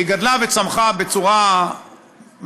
והיא גדלה וצמחה בצורה מרשימה,